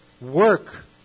work